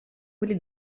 quelli